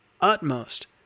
utmost